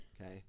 Okay